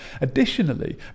Additionally